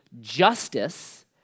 justice